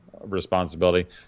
responsibility